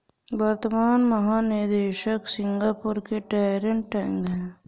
वर्तमान महानिदेशक सिंगापुर के डैरेन टैंग हैं